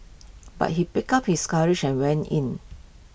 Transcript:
but he pick up his courage and went in